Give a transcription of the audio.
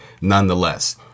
nonetheless